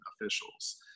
officials